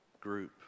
group